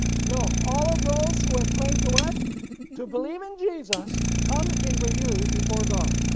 no all of those who have claim to um to believe in jesus come in review before god.